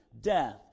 death